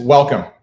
Welcome